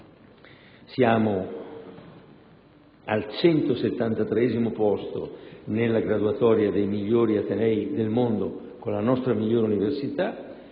siamo al 173° posto nella graduatoria dei migliori atenei del mondo con la nostra migliore università.